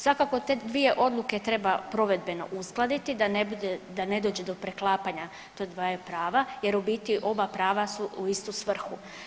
Svakako te dvije odluke treba provedbeno uskladiti da ne dođe do preklapanja ta dvaju prava jer u biti oba prava su u istu svrhu.